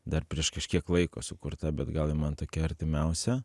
dar prieš kažkiek laiko sukurta bet gal ji man tokia artimiausia